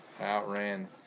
outran